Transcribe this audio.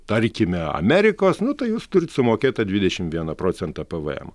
tarkime amerikos nu tai jūs turit sumokėt tą dvidešimt vieną procentą pvm